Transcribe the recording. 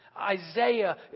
Isaiah